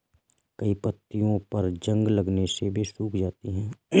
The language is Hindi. कई पत्तियों पर जंग लगने से वे सूख जाती हैं